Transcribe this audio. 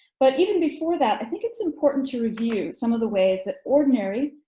but even before that i think it's important to review some of the ways that ordinary,